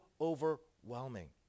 overwhelming